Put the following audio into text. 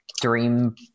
Dream